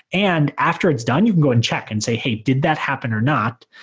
and after it's done you go and check and say, hey, did that happen or not?